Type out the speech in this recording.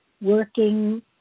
working